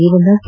Revanna K